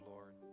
Lord